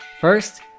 First